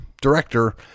director